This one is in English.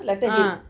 ah